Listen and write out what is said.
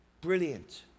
brilliant